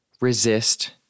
resist